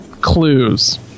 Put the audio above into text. clues